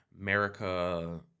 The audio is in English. America